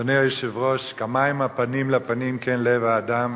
אדוני היושב-ראש, כמים הפנים לפנים, כן לב האדם.